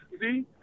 See